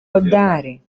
κοντάρι